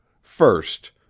first